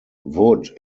wood